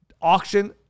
auction